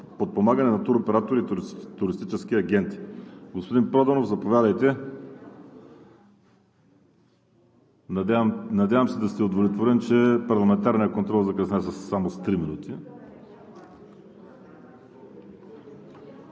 подпомагане на туроператори и туристически агенти. Господин Проданов, заповядайте. Надявам се да сте удовлетворен, че парламентарният контрол закъсня само с три минути.